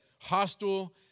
hostile